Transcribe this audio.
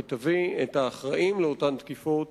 ותביא את האחראים לאותן תקיפות